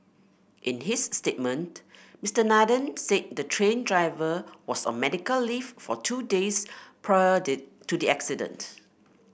in his statement Mister Nathan said the train driver was on medical leave for two days prior did to the incident